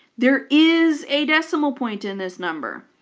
there is a decimal point in this number.